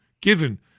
given